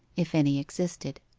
if any existed.